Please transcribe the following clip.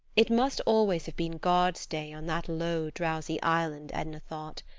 it must always have been god's day on that low, drowsy island, edna thought.